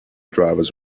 drivers